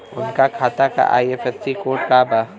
उनका खाता का आई.एफ.एस.सी कोड का बा?